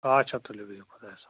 آچھا تُلِو بِہِو خۄدایس حوال